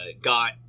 got